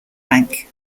bank